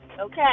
okay